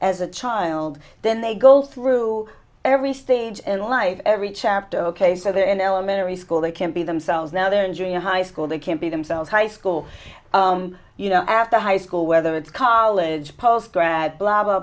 as a child then they go through every stage in life every chapter ok so they're in elementary school they can be themselves now they're in jail high school they can't be themselves high school you know after high school whether it's college post grad blah blah